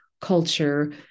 culture